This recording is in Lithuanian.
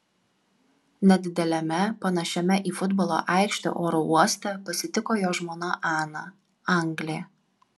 nedideliame panašiame į futbolo aikštę oro uoste pasitiko jo žmona ana anglė